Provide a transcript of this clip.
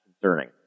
concerning